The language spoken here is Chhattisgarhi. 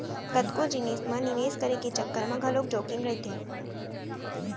कतको जिनिस म निवेस करे के चक्कर म घलोक जोखिम रहिथे